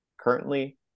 Currently